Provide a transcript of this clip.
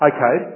Okay